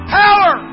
power